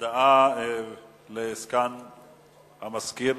הודעה לסגן המזכיר.